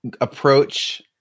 approach